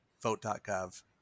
vote.gov